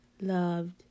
loved